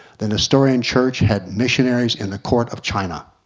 the nestorian church had missionaries in the court of china.